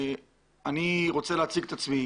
אני רוצה להציג את עצמי.